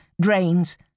drains